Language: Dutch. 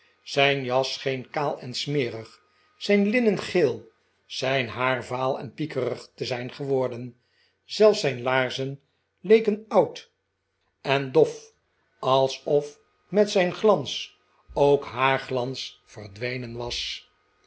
zijn jas scheen kaal en smerig zijn linnen geel zijn haar vaal en piekerig te zijn geworden zelfs zijn laarzen leken oud en dof alsof met zijn glans ook haar glans verdwenen was